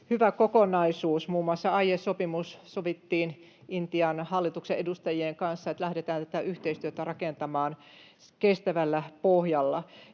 hyvä kokonaisuus. Muun muassa aiesopimus — sovittiin Intian hallituksen edustajien kanssa, että lähdetään tätä yhteistyötä rakentamaan kestävällä pohjalla.